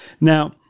now